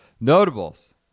Notables